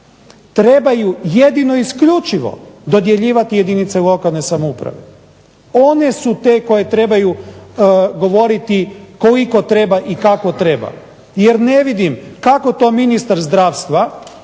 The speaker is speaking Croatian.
trebaju jedino i isključivo dodjeljivati jedinice lokalne samouprave. One su te koje trebaju govoriti koliko treba i kako treba jer ne vidim kako to ministar zdravstva